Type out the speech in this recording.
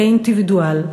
כאינדיבידואל,